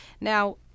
Now